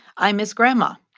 i miss grandma.